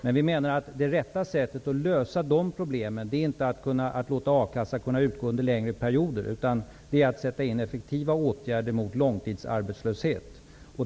Men vi menar att det rätta sättet att lösa de problemen inte är att låta a-kasseersättning betalas ut under längre perioder, utan att sätta in effektiva åtgärder mot långtidsarbetslöshet.